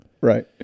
Right